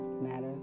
matters